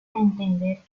entender